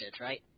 right